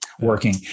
working